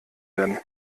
werden